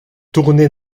tourné